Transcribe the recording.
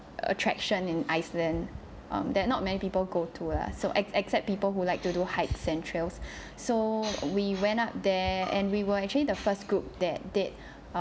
attraction in iceland um that not many people go to lah so ex except people who like to do hikes and trails so we went up there and we were actually the first group that date